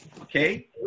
Okay